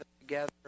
together